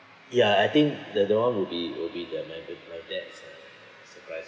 ya I think that that [one] will be will be the my da~ my dad's surprise